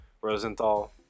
Rosenthal